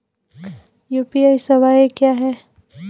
UPI सवायें क्या हैं?